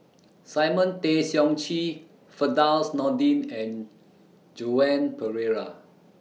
Simon Tay Seong Chee Firdaus Nordin and Joan Pereira